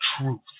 truth